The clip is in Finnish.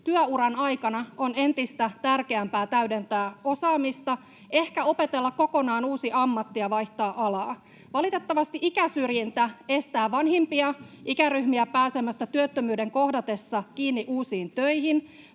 Työuran aikana on entistä tärkeämpää täydentää osaamista, ehkä opetella kokonaan uusi ammatti ja vaihtaa alaa. Valitettavasti ikäsyrjintä estää vanhimpia ikäryhmiä pääsemästä työttömyyden kohdatessa kiinni uusiin töihin.